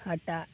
ᱦᱟᱴᱟᱜ